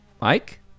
Mike